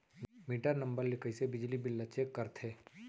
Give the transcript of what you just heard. Metre number ले कइसे बिजली बिल ल चेक करथे?